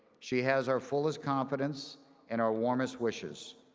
she has our fullest confidence and our warmest wishes.